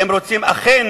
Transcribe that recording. אם רוצים אכן